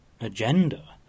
agenda